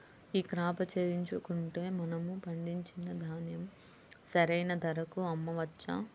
ఈ క్రాప చేయించుకుంటే మనము పండించిన ధాన్యం సరైన ధరకు అమ్మవచ్చా?